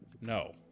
No